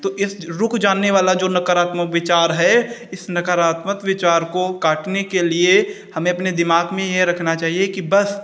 तो इस रुक जाने वाला जो नकारात्मक विचार है इस नकारात्मक विचार को काटने के लिए हमें अपने दिमाग में ये रखना चाहिए कि बस